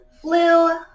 flu